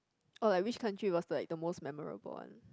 or like which country was like the most memorable one